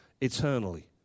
eternally